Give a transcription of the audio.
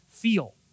feel